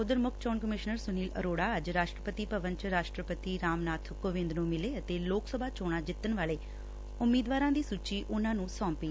ਉਧਰ ਮੁੱਖ ਕਮਿਸ਼ਨਰ ਸੁਨੀਲ ਅਰੋਤਾ ਅੱਜ ਰਾਸ਼ਟਰਪਤੀ ਭਵਨ ਚ ਰਾਸ਼ਟਰਪਤੀ ਰਾਮਨਾਥ ਕੋਵਿੰਦ ਨੂੰ ਮਿਲੇ ਅਤੇ ਲੋਕ ਸਭਾ ਚੋਣਾਂ ਜਿੱਤਣ ਵਾਲੇ ਉਮੀਦਵਾਰਾਂ ਦੀ ਸੂਚੀ ਉਨ੍ਹਾਂ ਨੂੰ ਸੌਂਪੀ